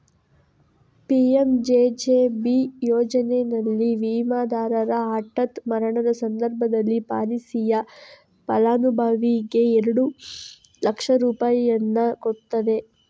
PMJJB ಯೋಜನೆನಲ್ಲಿ ವಿಮಾದಾರರ ಹಠಾತ್ ಮರಣದ ಸಂದರ್ಭದಲ್ಲಿ ಪಾಲಿಸಿಯ ಫಲಾನುಭವಿಗೆ ಎರಡು ಲಕ್ಷ ರೂಪಾಯಿಯನ್ನ ಕೊಡ್ತದೆ